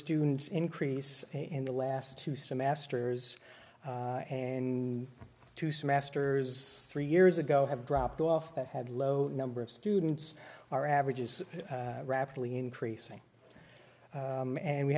students increase in the last two semesters and two semesters three years ago have dropped off that had low number of students our average is rapidly increasing and we